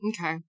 Okay